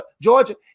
Georgia